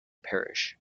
parish